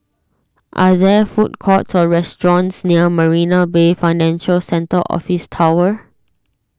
are there food courts or restaurants near Marina Bay Financial Centre Office Tower